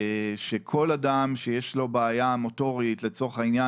שכל אדם שיש לו בעיה מוטורית לצורך העניין,